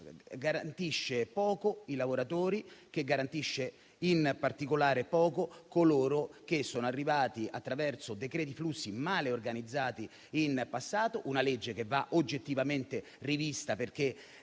garantisce poco i lavoratori, in particolare coloro che sono arrivati attraverso decreti flussi male organizzati in passato. La legge va oggettivamente rivista, perché